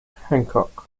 hancock